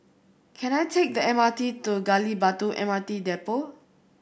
can I take the M R T to Gali Batu M R T Depot